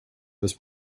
this